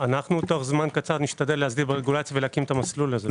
אנו תוך זמן קצר נשתדל להקים את המסלול הזה.